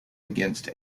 against